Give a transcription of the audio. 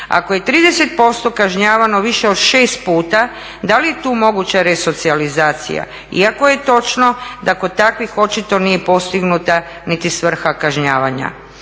Ako je 30% kažnjavano više od 6 puta da li je tu moguća resocijalizacija iako je točno da kod takvih očito nije postignuta niti svrha kažnjavanja.